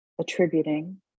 attributing